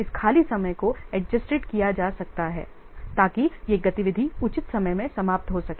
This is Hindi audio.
इस खाली समय को एडजेस्टेड किया जा सकता है ताकि यह गतिविधि उचित समय में समाप्त हो सके